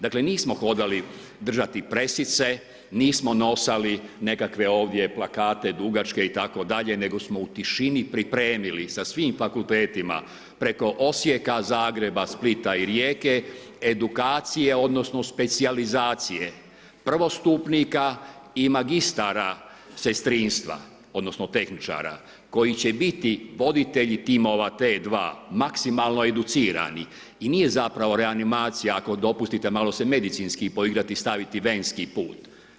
Dakle, nismo hodali držati presice, nismo nosali nekakve ovdje plakate dugačke itd. nego smo u tišini pripremili sa svim fakultetima preko Osijeka, Zagreba, Splita i Rijeke edukacije odnosno specijalizacije prvostupnika i magistara sestrinstva odnosno tehničara koji će biti voditelji timova T2 maksimalno educirani i nije zapravo reanimacija ako dopustite malo se medicinski poigrati staviti venski put.